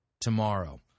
tomorrow